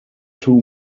two